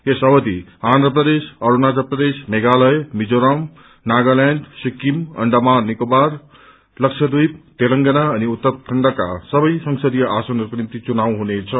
यस अविध आन्ध प्रदेश अरूणाचल प्रदेश मेघालय मिजोरम नागाल्याण्ड सिक्किम अण्डमान निकोबार लक्ष्यद्वीप तेंलेगना अनि उत्तराखण्डका सबै संसदीय आसनहरूको निम्ति चुनाव हुनेछ